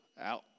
out